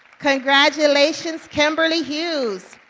congratulations, kimberly hughes.